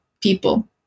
people